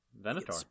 Venator